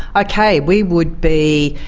okay we would be,